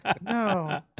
No